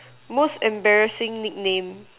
most embarrassing nickname